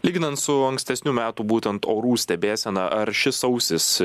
lyginant su ankstesnių metų būtent orų stebėsena ar šis sausis